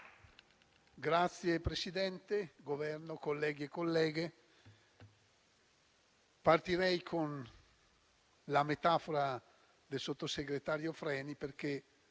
Signor Presidente, Governo, colleghi e colleghe, partirei con la metafora del sottosegretario Freni, perché